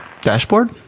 Dashboard